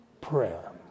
prayer